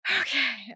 Okay